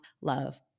love